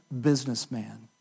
businessman